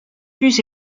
plus